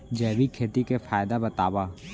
जैविक खेती के फायदा बतावा?